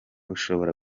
ushobora